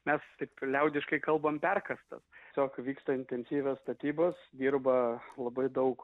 mes tik liaudiškai kalbant perkastas tiesiog vyksta intensyvios statybos dirba labai daug